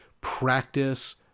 practice